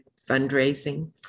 fundraising